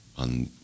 on